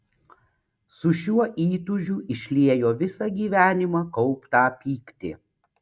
su šiuo įtūžiu išliejo visą gyvenimą kauptą pyktį